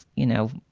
you know,